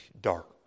dark